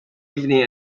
evening